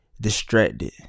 distracted